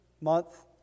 month